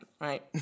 right